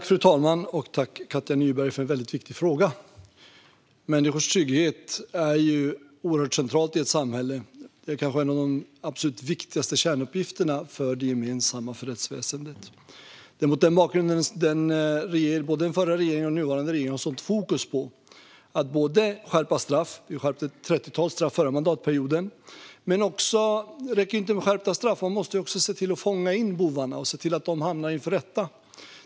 Fru talman! Jag tackar Katja Nyberg för en väldigt viktig fråga. Människors trygghet är oerhört central i ett samhälle. Det kanske är en av de absolut viktigaste kärnuppgifterna för det gemensamma och för rättsväsendet. Det är mot den bakgrunden som nuvarande regering liksom den förra regeringen har ett sådant fokus på att skärpa straff. Vi skärpte ett trettiotal straff förra mandatperioden. Men det räcker inte med skärpta straff. Man måste också se till att fånga in bovarna och se till att de hamnar inför rätta.